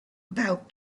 about